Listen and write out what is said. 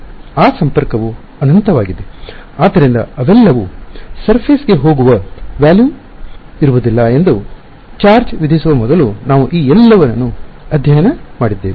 ಆ ಸಂಪರ್ಕವು ಅನಂತವಾಗಿದೆ ಆದ್ದರಿಂದ ಅವೆಲ್ಲವೂ ಮೇಲ್ಮೈಗೆ ಸರ್ಫೆಸ್ ಗೆ ಹೋಗುವ ಪರಿಮಾಣದಲ್ಲಿ ವ್ಯಾಲೂಮ್ ಇರುವದಿಲ್ಲ ಎಂದು ಚಾರ್ಜ್ ವಿಧಿಸುವ ಮೊದಲು ನಾವು ಈ ಎಲ್ಲವನ್ನು ಅಧ್ಯಯನ ಮಾಡಿದ್ದೇವೆ